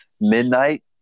Midnight